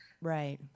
Right